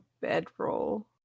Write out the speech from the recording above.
bedroll